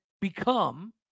become